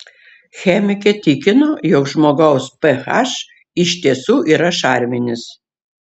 chemikė tikino jog žmogaus ph iš tiesų yra šarminis